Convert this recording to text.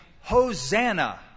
Hosanna